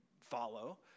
follow